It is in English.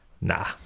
nah